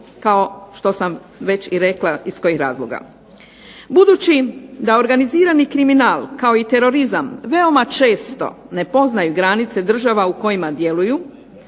kao što sam već i rekla iz kojih razloga. Budući da organizirani kriminal kao i terorizam veoma često ne poznaju granice država u kojima djeluju